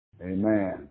Amen